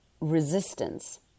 ...resistance